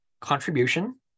contribution